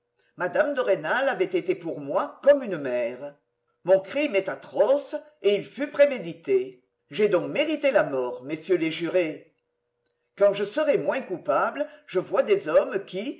mme de rênal avait été pour moi comme une mère mon crime est atroce et il fut prémédité j'ai donc mérité la mort messieurs les jurés quand je serais moins coupable je vois des hommes qui